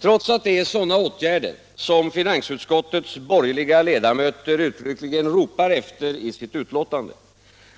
Trots att det är sådana åtgärder som finansutskottets borgerliga ledamöter uttryckligen ropar efter i sitt utlåtande,